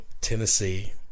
Tennessee